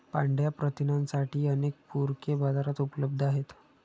पांढया प्रथिनांसाठीही अनेक पूरके बाजारात उपलब्ध आहेत